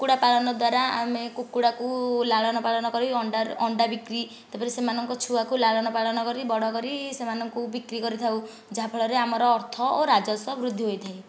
କୁକୁଡ଼ା ପାଳନ ଦ୍ବାରା ଆମେ କୁକଡ଼ାକୁ ଲାଳନପାଳନ କରି ଅଣ୍ଡା ଅଣ୍ଡା ବିକ୍ରି ତାପରେ ସେମାନଙ୍କ ଛୁଆକୁ ଲାଳନପାଳନ କରି ବଡ଼ କରି ସେମାନଙ୍କୁ ବିକ୍ରି କରିଥାଉ ଯାହାଫଳରେ ଆମର ଅର୍ଥ ଓ ରାଜସ୍ବ ବୃଦ୍ଧି ହୋଇଥାଏ